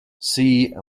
see